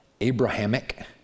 Abrahamic